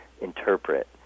interpret